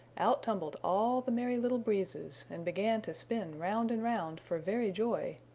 out tumbled all the merry little breezes and began to spin round and round for very joy,